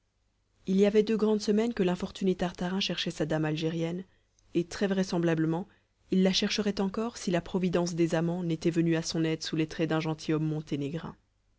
il y avait deux grandes semaines que l'infortuné tartarin cherchait sa dame algérienne et très vraisemblablement il la chercherait encore si la providence des amants n'était venue à son aide sous les traits d'un gentilhomme monténégrin